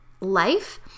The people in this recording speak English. life